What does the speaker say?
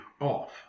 off